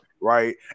right